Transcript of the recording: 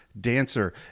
dancer